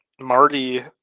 Marty